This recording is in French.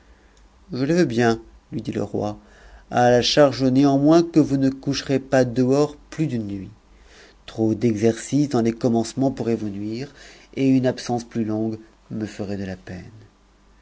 je le veux bien lui dit e roi à la charge néanmoins que vous ne coucherez pas dehors plus d'une nuit trop d'exercice dans les commencements pourrait vous nuire et une absence plus longue me ferait de la peine